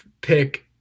pick